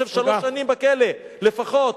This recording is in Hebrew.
הוא היה יושב שלוש שנים בכלא, לפחות.